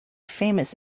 famous